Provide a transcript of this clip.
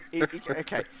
Okay